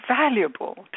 valuable